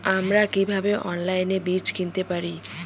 আমরা কীভাবে অনলাইনে বীজ কিনতে পারি?